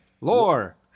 Lore